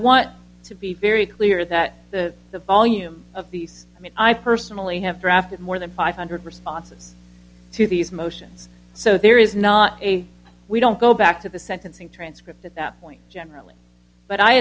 want to be very clear that the volume of these i mean i personally have drafted more than five hundred responses to these motions so there is not a we don't go back to the sentencing transcript at that point generally but i